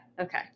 Okay